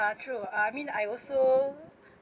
ah true I mean I also